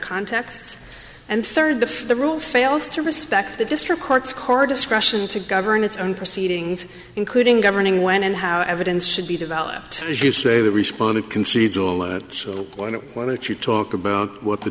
contexts and third if the rule fails to respect the district court's cora discretion to govern its own proceedings including governing when and how evidence should be developed as you say that responded or why don't you talk about what the